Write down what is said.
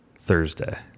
Thursday